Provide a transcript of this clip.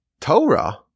Torah